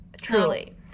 truly